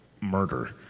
murder